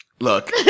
Look